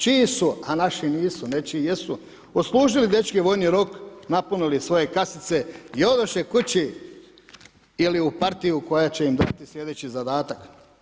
Čiji su, a naši nisu, nečiji jesu, odslužili dečki vojni rok, napunili svoje kasice i odoše kući ili u partiju koja će im dati slijedeći zadatak.